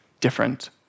different